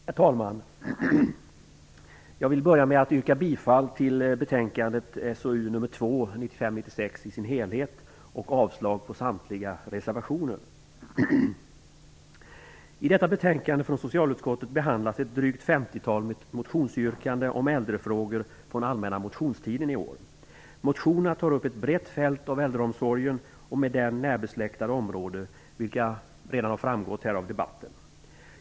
Herr talman! Jag vill börja med att yrka bifall till betänkandet 1995/96:SoU2 i dess helhet och avslag på samtliga reservationer. I detta betänkande från socialutskottet behandlas drygt femtiotalet motionsyrkanden om äldrefrågor från den allmänna motionstiden i år. I motionerna tar man upp ett brett fält av äldreomsorgen och med den närbesläktade områden, vilket redan framgått av debatten här.